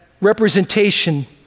representation